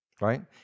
right